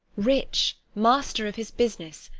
rich, master of his business,